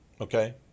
Okay